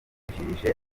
agatubutse